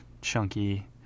chunky